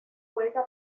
juega